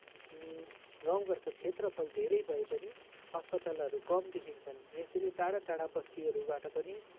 गाउँ घरको क्षेत्रफल धेरै भए पनि अस्पतालहरू कम देखिन्छन् यसरी टाढा टाढा बस्तीहरूबाट पनि